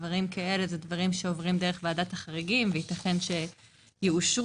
אלה דברים שעוברים דרך ועדת החריגים ויתכן שיאושרו.